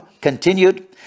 continued